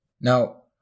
Now